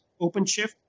OpenShift